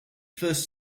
first